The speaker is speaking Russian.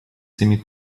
самих